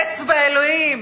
אצבע אלוהים